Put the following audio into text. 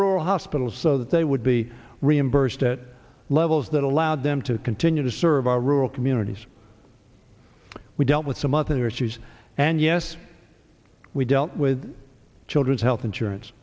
rural hospitals so that they would be reimbursed at levels that allowed them to continue to serve our rural communities we dealt with some other issues and yes we dealt with children's health insurance